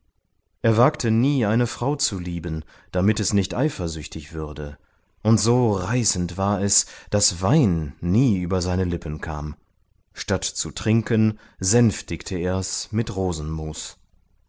er wagte nie eine frau zu lieben damit es nicht eifersüchtig würde und so reißend war es daß wein nie über seine lippen kam statt zu trinken sänftigte ers mit rosenmus